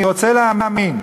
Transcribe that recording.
אני רוצה להאמין,